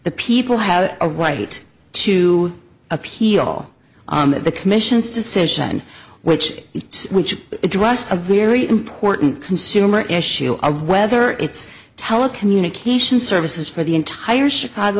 the people have a right to appeal the commission's decision which addressed a very important consumer issue of whether it's telecommunications services for the entire chicago